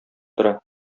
тора